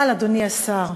אבל, אדוני השר,